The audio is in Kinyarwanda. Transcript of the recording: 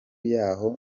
yahoo